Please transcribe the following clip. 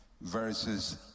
verses